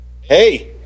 Hey